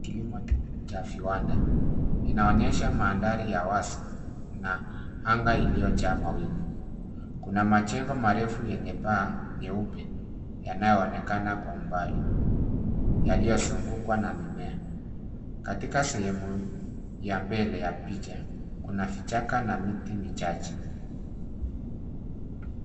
Kilimo cha viwanda. Inaonyesha mandhari ya wazi na anga iliyojaa mawingu. Kuna majengo marefu yenye paa nyeupe yanayoonekana kwa mbali yaliyozungukwa na mimea. Katika sehemu ya mbele ya picha, kuna vichaka na miti michache.